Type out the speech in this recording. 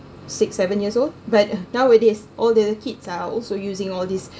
six seven years old but nowadays all the kids are also using all these